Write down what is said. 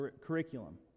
curriculum